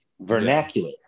Vernacular